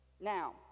now